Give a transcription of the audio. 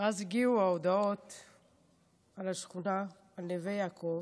ואז הגיעו ההודעות על השכונה, על נווה יעקב.